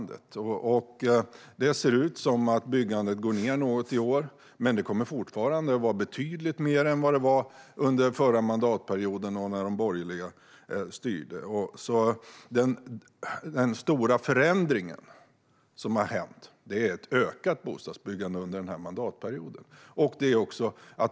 Det ser ut som att byggandet går ned något i år, men det kommer fortfarande att byggas betydligt mer än när de borgerliga styrde. Den stora förändringen är ett ökat bostadsbyggande under denna mandatperiod.